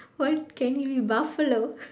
what can he be Buffalo